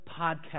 podcast